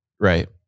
right